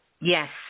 Yes